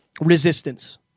resistance